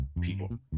people